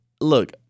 look